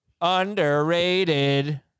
Underrated